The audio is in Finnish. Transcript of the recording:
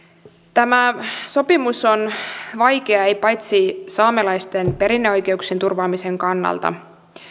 tämä sopimus on vaikea ei vain saamelaisten perinneoikeuksien turvaamisen kannalta